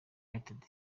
united